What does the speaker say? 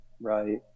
Right